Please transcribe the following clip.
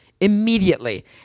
Immediately